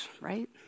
right